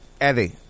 Eddie